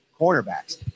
cornerbacks